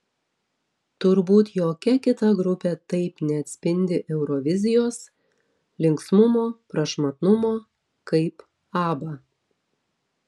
turbūt jokia kita grupė taip neatspindi eurovizijos linksmumo prašmatnumo kaip abba